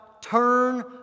Turn